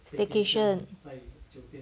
staycation